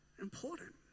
important